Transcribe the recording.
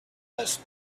this